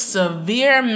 severe